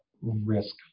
risk